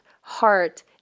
heart